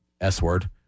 S-word